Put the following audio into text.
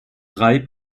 drei